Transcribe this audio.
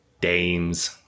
Dames